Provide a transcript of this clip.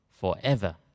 forever